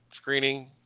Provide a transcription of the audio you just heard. screening